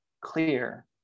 clear